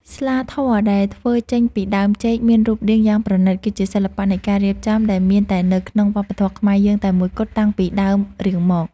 ស្លាធម៌ដែលធ្វើចេញពីដើមចេកមានរូបរាងយ៉ាងប្រណីត គឺជាសិល្បៈនៃការរៀបចំដែលមានតែនៅក្នុងវប្បធម៌ខ្មែរយើងតែមួយគត់តាំងពីដើមរៀងមក។